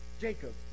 Jacob